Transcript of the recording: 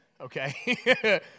Okay